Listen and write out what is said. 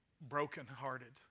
brokenhearted